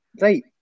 Right